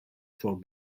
for